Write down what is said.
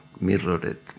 mirrored